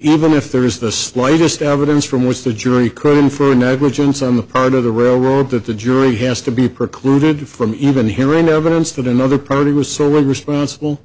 even if there is the slightest evidence from which the jury could infer negligence on the part of the railroad that the jury has to be precluded from even hearing evidence that another party was so responsible